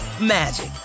magic